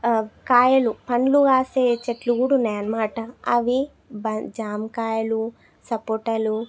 కాయలు పండ్లు కాసే చెట్లు కూడా ఉన్నయన్నమాట అవి జామకాయలు సపోటలు